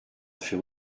fait